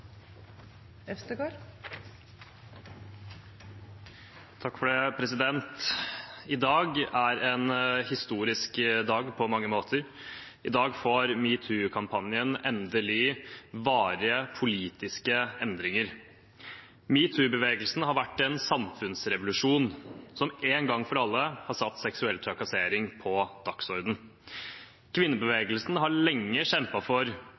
en historisk dag på mange måter. I dag får metoo-kampanjen endelig varige, politiske endringer. Metoo-bevegelsen har vært en samfunnsrevolusjon som en gang for alle har satt seksuell trakassering på dagsordenen. Kvinnebevegelsen har lenge kjempet for